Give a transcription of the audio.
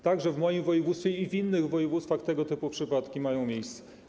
Także w moim województwie i w innych województwach tego typu przypadki mają miejsce.